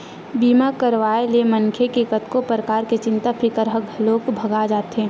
बीमा करवाए ले मनखे के कतको परकार के चिंता फिकर ह घलोक भगा जाथे